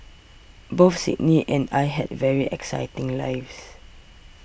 both Sydney and I had very exciting lives